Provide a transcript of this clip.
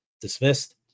dismissed